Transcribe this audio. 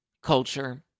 Culture